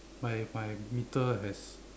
my my meter has